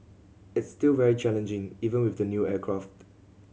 it's still very challenging even with the new aircraft